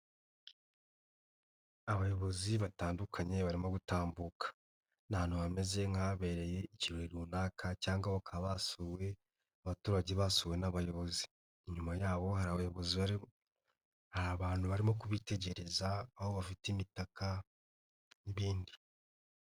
Abayobozi batandukanye barimo gutambuka, ni ahantu hameze nk'ahabereye icyirori runaka cyangwa bakaba basuwe, abaturage basuwe n'abayobozi, inyuma yabo hari abayobozi bahari, hari abantu barimo kubitegereza, aho bafite imitaka n'ibindi.